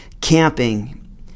camping